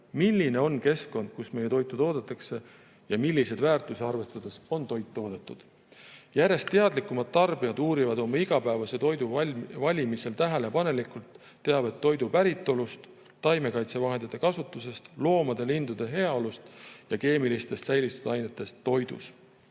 milline on keskkond, kus meie toitu toodetakse, ja milliseid väärtusi arvestades on toit toodetud. Järjest teadlikumad tarbijad uurivad oma igapäevase toidu valimisel tähelepanelikult teavet toidu päritolu, taimekaitsevahendite kasutuse, loomade-lindude heaolu ja keemiliste säilitusainete kohta toidus.